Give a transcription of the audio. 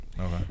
Okay